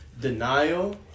denial